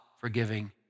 forgiving